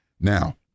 Now